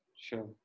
Sure